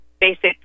basic